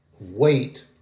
Wait